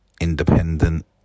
Independent